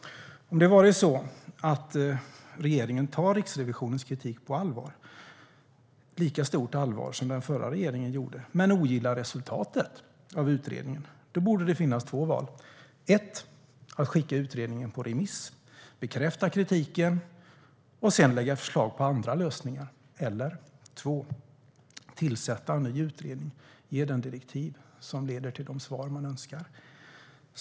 Om det är så att regeringen tar Riksrevisionens kritik på lika stort allvar som den förra regeringen gjorde men ogillar resultatet av utredningen borde det finnas två val. Det första är att skicka utredningen på remiss, bekräfta kritiken och sedan lägga fram förslag på andra lösningar. Det andra är att tillsätta en ny utredning och ge den direktiv som leder till de svar man önskar.